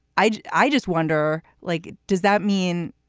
i just wonder, like, does that mean